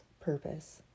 purpose